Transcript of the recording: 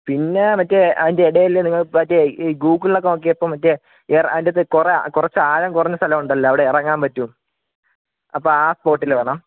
പിന്നെ മറ്റേ അതിൻ്റെ എടേല് നിങ്ങൾ മറ്റേ ഈ ഗൂഗിളിലൊക്കെ നോക്കിയപ്പം മറ്റേ അതിനകത്ത് കുറെ കുറച്ചാഴം കുറഞ്ഞ സ്ഥലം ഉണ്ടല്ലോ അവിടെ ഇറങ്ങാൻ പറ്റും അപ്പോൾ ആ സ്പോട്ടിൽ വേണം